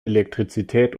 elektrizität